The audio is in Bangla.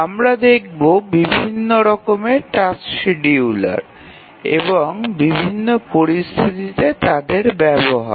আমরা দেখবো বিভিন্ন রকমের টাস্ক্ সিডিউলার এবং বিভিন্ন পরিস্থিতিতে তাদের ব্যবহার